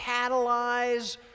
catalyze